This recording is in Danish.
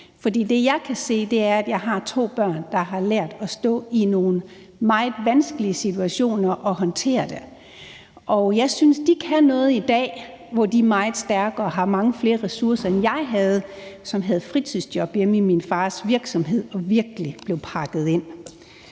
jeg kan se, er, at jeg har to børn, der har lært at stå i nogle meget vanskelige situationer og håndtere det, og jeg synes, de kan noget i dag, hvor de er meget stærkere og har mange flere ressourcer, end jeg havde, som havde fritidsjob hjemme i min fars virksomhed og virkelig blev pakket ind.